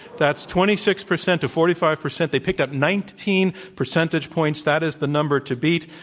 that's twenty six percent to forty five percent. they picked up nineteen percentage points. that is the number to beat.